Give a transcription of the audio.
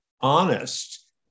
honest